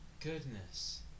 Goodness